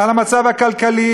ועל המצב הכלכלי,